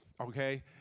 okay